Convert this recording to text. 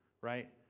right